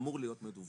אמור להיות מדווח,